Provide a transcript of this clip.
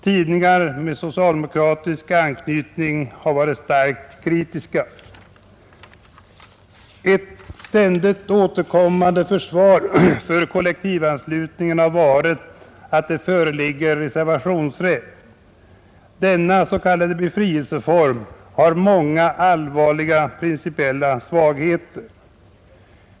Tidningar med socialdemokratisk anknytning har varit starkt kritiska. Ett ständigt återkommande försvar för kollektivanslutningen har varit att det föreligger reservationsrätt. Denna s.k. befrielseform har många allvarliga principiella svagheter.